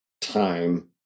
time